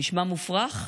נשמע מופרך?